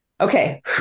Okay